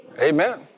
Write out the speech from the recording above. Amen